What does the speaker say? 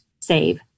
save